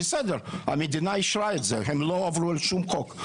בסדר, המדינה אישרה את זה, הם לא עברו על שום חוק.